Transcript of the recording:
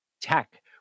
tech